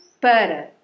para